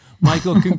Michael